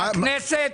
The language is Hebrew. הכנסת